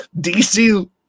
dc